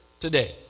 today